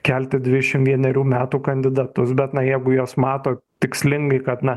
kelti dvišim vienerių metų kandidatus bet na jeigu jos mato tikslingai kad na